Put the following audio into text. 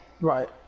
right